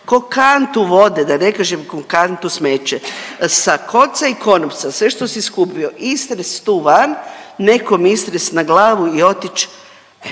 ko kantu vode da ne kažem ko kantu smeće sa kolca i konopca sve šta si skupio istrest tu van, nekom istrest na glavu i otić,